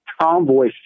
convoy